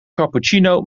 cappuccino